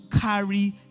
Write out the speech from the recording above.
carry